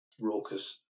raucous